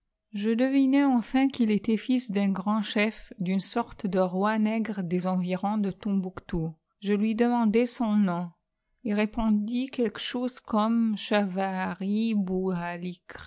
je devinai enfin qu'il était fils d'un grand chef d'une sorte de roi nègre des environs de tombouctou je lui demandai son nom il répondit quelque chose comme